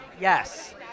Yes